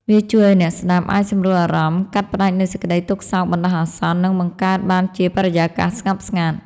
វាជួយឱ្យអ្នកស្តាប់អាចសម្រួលអារម្មណ៍ កាត់ផ្តាច់នូវសេចក្តីទុក្ខសោកបណ្តោះអាសន្ន និងបង្កើតបានជាបរិយាកាសស្ងប់ស្ងាត់